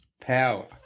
Power